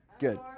good